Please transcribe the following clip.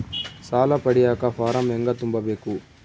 ಸಾಲ ಪಡಿಯಕ ಫಾರಂ ಹೆಂಗ ತುಂಬಬೇಕು?